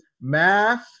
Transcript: math